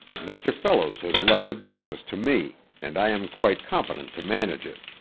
mr. fellows has left the business to me and i am quite competent to manage it.